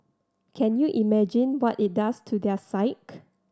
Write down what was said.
can you imagine what it does to their psyche